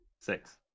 Six